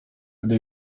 gdy